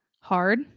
hard